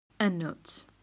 Endnotes